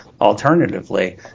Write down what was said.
alternatively